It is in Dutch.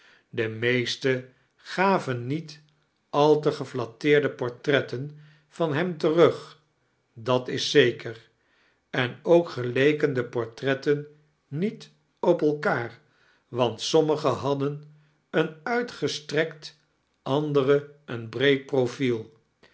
de meeste gaven niet al te geflatteerde portreibten van hem terug dat is zeker ea ook geleken de portretten miet op elkaar want sommige hadden een uitgestirekt andere een breed profiel